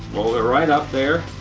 roll there right up there.